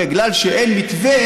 בגלל שאין מתווה,